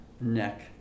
neck